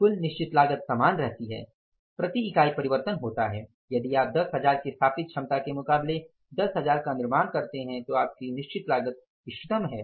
कुल निश्चित लागत समान रहती है प्रति यूनिट परिवर्तन होता है यदि आप 10 हजार की स्थापित क्षमता के मुकाबले 10 हजार का निर्माण करते हैं तो आपकी निश्चित लागत इष्टतम है